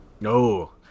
No